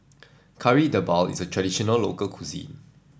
Kari Debal is a traditional local cuisine